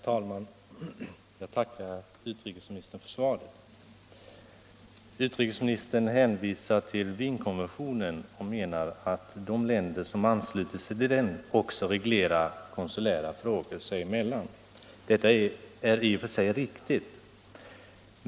Herr talman! Jag tackar utrikesministern för svaret. Utrikesministern hänvisar till Wienkonventionen och menar att de länder som anslutit sig till den också reglerar konsulära frågor sig emellan. Detta är i och för sig riktigt.